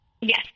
Yes